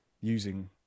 using